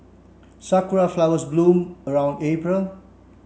sakura flowers bloom around April